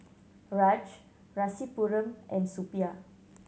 Raj Rasipuram and Suppiah